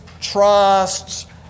trusts